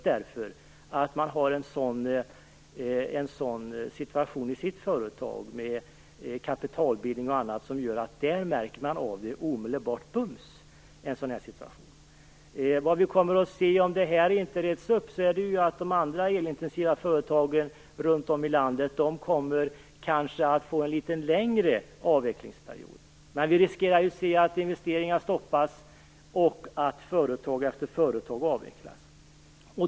På grund av bl.a. den kapitalbildning som är aktuell för det företaget märker man där av en sådan här situation omedelbart. Andra företag runt om i landet kanske kan få en litet längre avvecklingsperiod, men det finns risk att investeringar stoppas och att företag efter företag avvecklas.